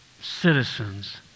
citizens